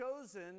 chosen